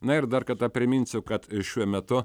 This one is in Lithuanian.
na ir dar kartą priminsiu kad šiuo metu